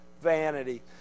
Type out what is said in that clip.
vanity